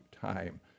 time